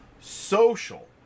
social